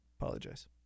Apologize